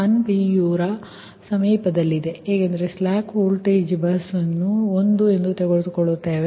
u ರ ಸಮೀಪದಲ್ಲಿದೆ ಏಕೆಂದರೆ ಸ್ಲಾಕ್ ಬಸ್ ವೋಲ್ಟೇಜ್ ನ್ನು 1 ಎಂದು ತೆಗೆದುಕೊಳ್ಳುತ್ತೇವೆ